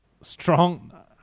strong –